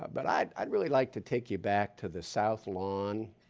but i'd i'd really like to take you back to the south lawn,